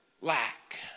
lack